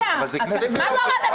היא לא בכנסת --- רגע, מה לא רלוונטי?